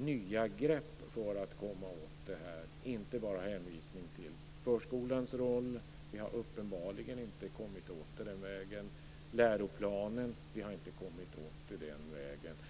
nya grepp för att komma åt detta och inte bara en hänvisning till förskolans roll. Vi har uppenbarligen inte kommit åt det den vägen. Det gäller också läroplanen; vi har inte kommit åt det den vägen.